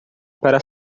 para